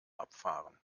abfahren